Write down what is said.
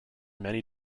many